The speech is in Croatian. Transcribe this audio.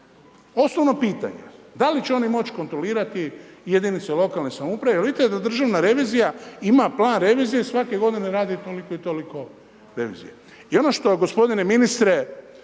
Osnovno pitanje. Da li će oni moći kontrolirati jedinice lokalne samouprave jer vidite da Državna revizija ima plan revizije svake godine radi toliko i toliko revizije. I ono što, gospodine ministre